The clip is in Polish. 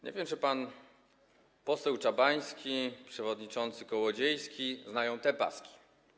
Nie wiem, czy pan poseł Czabański, przewodniczący Kołodziejski znają te paski.